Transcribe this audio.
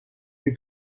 lui